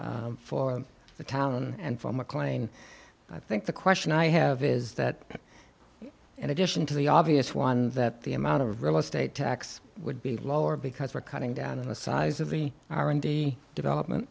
step for the town and for mclean i think the question i have is that in addition to the obvious one that the amount of real estate tax would be lower because we're cutting down on the size of the r and d development